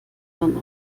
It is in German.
man